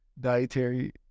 dietary